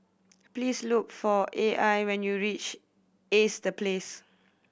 please look for A I when you reach Ace The Place